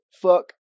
fuck